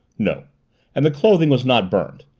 no and the clothing was not burned.